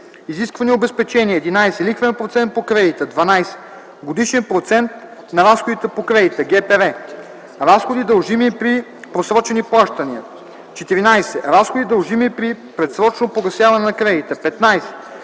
изисквани обезпечения; 11. лихвен процент по кредита; 12. годишен процент на разходите по кредита (ГПР); 13. разходи, дължими при просрочени плащания; 14. разходи, дължими при предсрочно погасяване на кредита; 15.